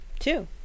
Two